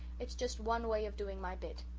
it's just one way of doing my bit.